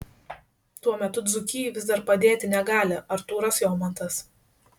tuo metu dzūkijai vis dar padėti negali artūras jomantas